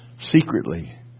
Secretly